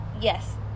Yes